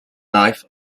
life